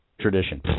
Tradition